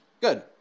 Good